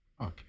Okay